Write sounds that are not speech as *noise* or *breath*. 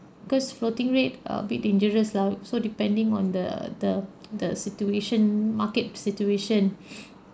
cause floating rate a bit dangerous lah so depending on the the the situation market situation *breath*